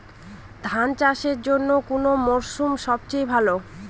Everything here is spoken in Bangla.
ধান চাষের জন্যে কোন মরশুম সবচেয়ে ভালো?